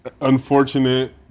unfortunate